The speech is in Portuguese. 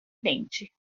frente